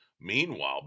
Meanwhile